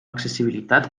accessibilitat